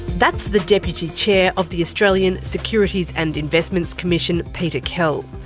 that's the deputy chair of the australian securities and investments commission, peter kell.